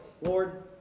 lord